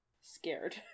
Scared